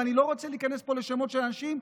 ואני לא רוצה להיכנס פה לשמות של אנשים,